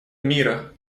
мира